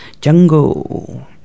jungle